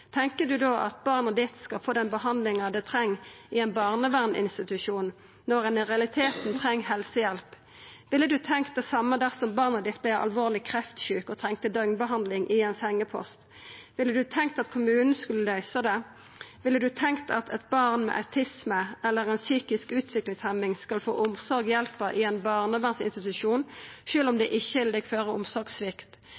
du då at barnet ditt skal få den behandlinga det treng, i ein barnevernsinstitusjon når ein i realiteten treng helsehjelp? Ville du tenkt det same dersom barnet ditt vart alvorleg kreftsjukt og trong døgnbehandling på ein sengepost? Ville du tenkt at kommunen skulle løysa det? Ville du tenkt at eit barn med autisme eller ei psykisk utviklingshemming skal få omsorg og hjelp på ein barnevernsinstitusjon sjølv om det